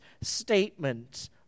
statement